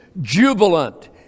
jubilant